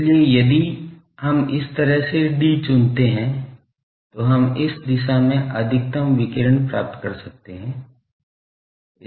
इसलिए यदि हम इस तरह से 'd' चुनते हैं तो हम इस दिशा में अधिकतम विकिरण प्राप्त कर सकते हैं